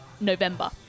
November